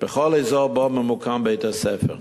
באזור שבו ממוקם בית-הספר.